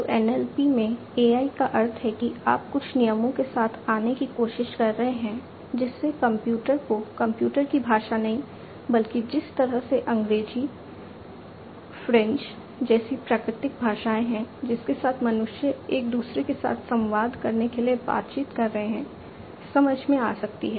तो NLP में AI का अर्थ है कि आप कुछ नियमों के साथ आने की कोशिश कर रहे हैं जिससे कंप्यूटर को कंप्यूटर की भाषा नहीं बल्कि जिस तरह से अंग्रेजी फ्रेंच जैसी प्राकृतिक भाषाएं हैं जिसके साथ मनुष्य एक दूसरे के साथ संवाद करने के लिए बातचीत कर रहे हैं समझ में आ सकती है